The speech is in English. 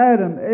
Adam